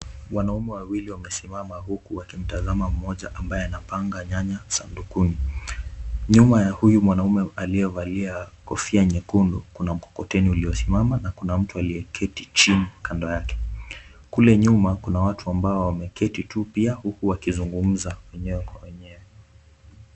Wanaume wawili wamesimama huku wakimtazama mmoja ambaye anapanga nyanya sandukuni. Nyuma ya huyu mwanaume aliyevalia kofia nyekundu kuna mkokoteni uliosimama na kuna mtu aliyeketi chini kando yake. Kule nyuma kuna watu ambao wameketi tu pia huku wakizungumza wenyewe kwa wenyewe.